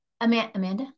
Amanda